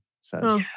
says